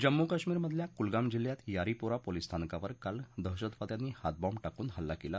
जम्मू कश्मीर मधल्या कुलगाम जिल्ह्यात यारीपोरा पोलीस स्थानकावर काल दहशतवाद्यांनी हातबाँब टाकून हल्ला केला